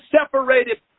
separated